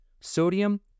Sodium